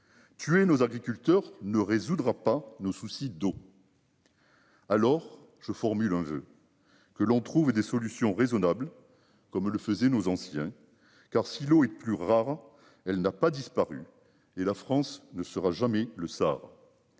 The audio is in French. Tuer nos agriculteurs ne résoudra pas no souci d'eau. Alors je formule un voeu. Que l'on trouve des solutions raisonnables comme le faisaient nos anciens. Car si l'eau est plus rare. Elle n'a pas disparu et la France ne sera jamais le savoir.